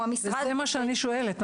המשרד --- זה מה שאני שואלת,